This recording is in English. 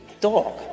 dog